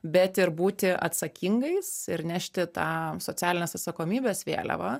bet ir būti atsakingais ir nešti tą socialinės atsakomybės vėliavą